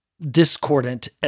discordant